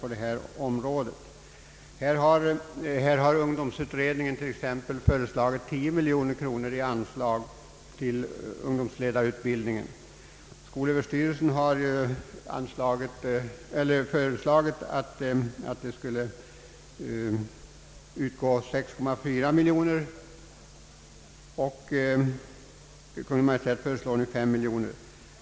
Ungdomsutredningen har här t.ex. föreslagit 10 miljoner kronor i anslag för ungdomsledarutbildningen. Skolöverstyrelsen har föreslagit 6,4 miljoner, och Kungl. Maj:t begär nu 5 miljoner.